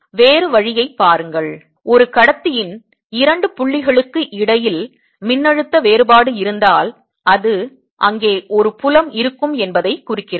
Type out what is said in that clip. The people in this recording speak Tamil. வேறு வழியைப் பாருங்கள் ஒரு கடத்தியின் இரண்டு புள்ளிகளுக்கு இடையில் மின்னழுத்த வேறுபாடு இருந்தால் இது அங்கே ஒரு புலம் இருக்கும் என்பதைக் குறிக்கிறது